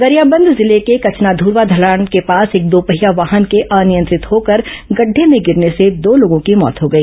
गरियाबंद जिले के कचनाधुर्वा ढलान के पास एक दोपहिया वाहन के अनियंत्रित होकर गड्ढे में गिरने से दो लोगों की मौत हो गई